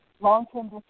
long-term